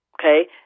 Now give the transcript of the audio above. okay